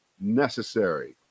necessary